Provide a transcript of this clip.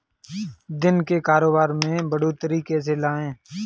दिन के कारोबार में बढ़ोतरी कैसे लाएं?